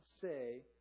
say